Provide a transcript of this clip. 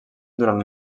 durant